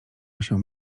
się